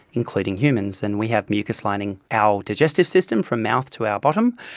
including humans. and we have mucous lining our digestive system, from mouth to our bottom,